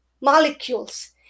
molecules